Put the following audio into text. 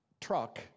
truck